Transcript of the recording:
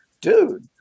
dude